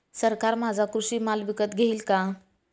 सरकार माझा कृषी माल विकत घेईल का?